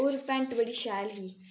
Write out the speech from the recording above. होर पैंट बड़ी शैल ही